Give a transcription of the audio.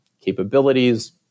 capabilities